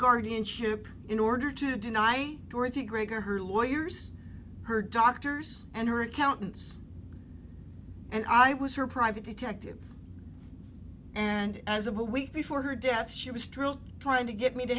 guardianship in order to deny dorothy gregory her lawyers her doctors and her accountants and i was her private detective and as of a week before her death she was drilled trying to get me to